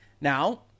Now